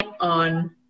on